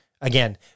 Again